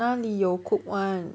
哪里有 cooked [one]